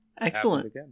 Excellent